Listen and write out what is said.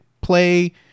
play